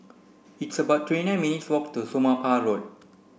it's about twenty nine minutes' walk to Somapah Road